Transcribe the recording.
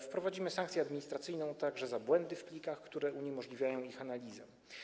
Wprowadzimy sankcję administracyjną także za błędy w plikach, które uniemożliwiają ich analizę.